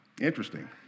Interesting